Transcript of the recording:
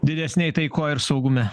didesnėj taikoj ir saugume